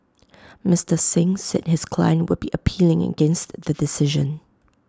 Mister Singh said his client would be appealing against the decision